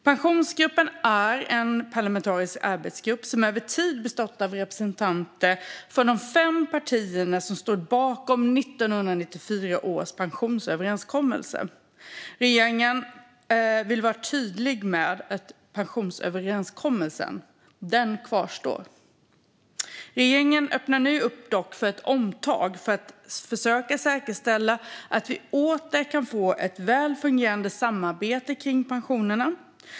Pensionsgruppen är en parlamentarisk arbetsgrupp som över tid har bestått av representanter för de fem partier som stod bakom 1994 års pensionsöverenskommelse. Regeringen vill vara tydlig med att den pensionsöverenskommelsen kvarstår. Dock öppnar regeringen nu upp för ett omtag för att försöka säkerställa att vi åter kan få ett väl fungerande samarbete om pensionerna.